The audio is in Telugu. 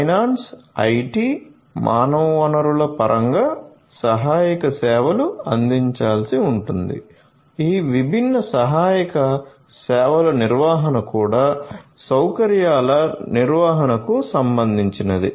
ఫైనాన్స్ ఐటి మానవ వనరుల పరంగా సహాయక సేవలు అందించాల్సి ఉంటుంది ఈ విభిన్న సహాయ సేవల నిర్వహణ కూడా సౌకర్యాల నిర్వహణకు సంబంధించినది